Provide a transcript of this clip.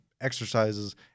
exercises